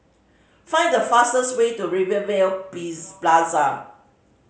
find the fastest way to Rivervale Plaza